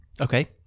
Okay